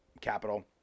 capital